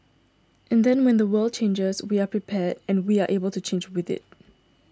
and then when the world changes we are prepared and we are able to change with it